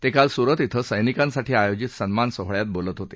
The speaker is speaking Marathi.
ते काल सूरत श्वे सैनिकांसाठी आयोजित सन्मान सोहळ्यात बोलत होते